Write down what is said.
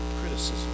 criticism